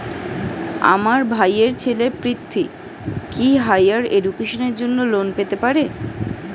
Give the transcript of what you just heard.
আমার ভাইয়ের ছেলে পৃথ্বী, কি হাইয়ার এডুকেশনের জন্য লোন পেতে পারে?